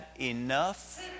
enough